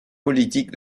politique